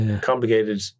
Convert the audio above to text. Complicated